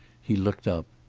he looked up.